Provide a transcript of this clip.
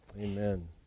Amen